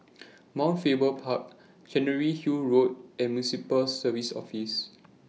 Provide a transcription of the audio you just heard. Mount Faber Park Chancery Hill Road and Municipal Services Office